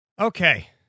Okay